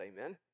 amen